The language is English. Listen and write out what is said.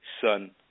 son